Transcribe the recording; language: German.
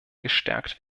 gestärkt